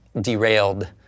derailed